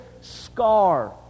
scar